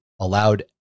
allowed